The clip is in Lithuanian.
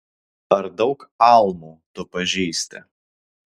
ar daug almų tu pažįsti